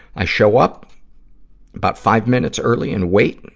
i show up but five minutes early and wait.